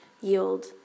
yield